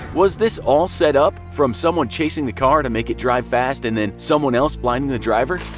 was this all set up, from someone chasing the car to make it drive fast and then someone else blinding the driver?